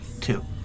Two